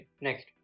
Next